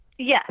Yes